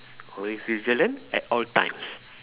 always vigilant at all times